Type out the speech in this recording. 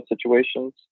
situations